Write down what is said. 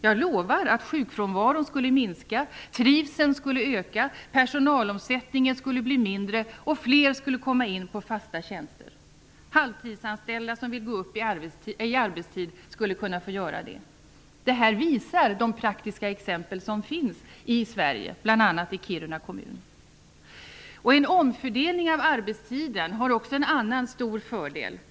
Jag lovar att sjukfrånvaron skulle minska, trivseln skulle öka, personalomsättningen skulle bli mindre och fler skulle komma in på fasta tjänster. De halvtidsanställda som vill gå upp i arbetstid skulle kunna få göra det. Det här visar de praktiska exempel som finns i Sverige, bl.a. i En omfördelning av arbetstiden har också en annan stor fördel.